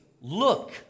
look